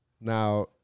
Now